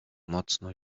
mocno